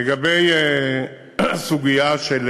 לגבי הסוגיה של